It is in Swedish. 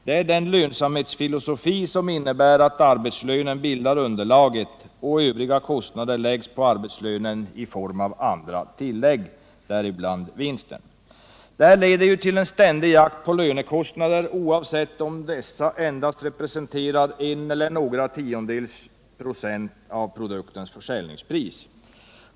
Det är den lönsamhetsfilosofi som innebär att arbetslönen bildar underlaget och att övriga kostnader läggs på arbetslönen i form av andra tillägg, däribland vinsten. Det här leder till en ständig jakt på lönekostnader, oavsett om dessa endast representerar en eller några tiondels procent av produktens försäljningspris.